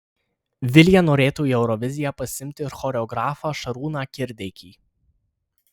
vilija norėtų į euroviziją pasiimti ir choreografą šarūną kirdeikį